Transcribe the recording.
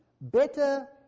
Better